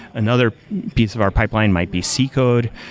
another piece of our pipeline might be c code.